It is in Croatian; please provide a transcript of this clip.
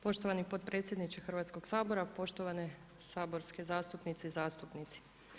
Poštovani potpredsjedniče Hrvatskog sabora, poštovane saborske zastupnice i zastupnici.